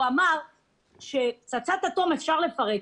אמר שפצצת אטום אפשר לפרק,